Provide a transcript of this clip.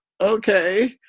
okay